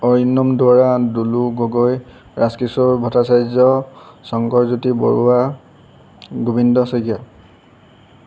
Arindam Duwara Dulu Gogoi Rajkishore Bhattacharya Shankarjyoti Baruah Gobinda Saikia